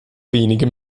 wenige